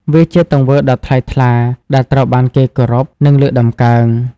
វាជាទង្វើដ៏ថ្លៃថ្លា ដែលត្រូវបានគេគោរព និងលើកតម្កើង។